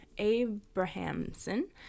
abrahamson